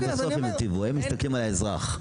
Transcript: בסוף הם מסתכלים על האזרח,